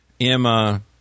Emma